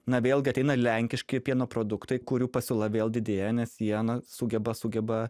na vėlgi ateina lenkiški pieno produktai kurių pasiūla vėl didėja nes jie na sugeba sugeba